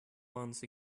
once